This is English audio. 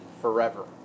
forever